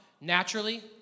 naturally